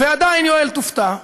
ועדיין, יואל, תופתע,